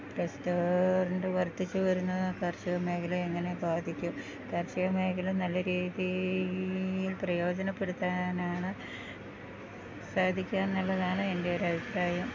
restaurant വര്ധിച്ചുവരുന്നത് കാര്ഷിക മേഖലയെ എങ്ങനെ ബാധിക്കും കാർഷിക മേഖല നല്ല രീതിയിൽ പ്രയോജനപ്പെടുത്താനാണ് സാധിക്കുക എന്നുള്ളതാണ് എൻ്റെ ഒരഭിപ്രായം